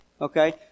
Okay